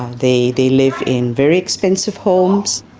they they live in very expensive homes.